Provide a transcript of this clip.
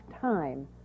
time